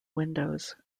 windows